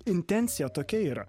intencija tokia yra